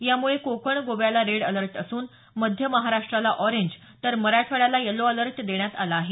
यामुळे कोकण गोव्याला red alert असून मध्य महाराष्ट्राला ऑरेंज तर मराठवाड्याला यलो अलर्ट देण्यात आला आहे